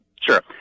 Sure